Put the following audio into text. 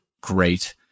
great